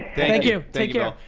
thank you, take care.